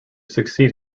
succeed